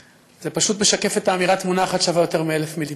זה פשוט משקף את האמירה: תמונה אחת שווה יותר מאלף מילים.